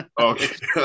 Okay